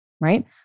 Right